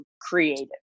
creative